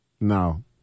No